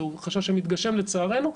זה חשש שמתגשם לצערנו,